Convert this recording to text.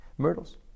Myrtles